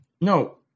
no